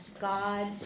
God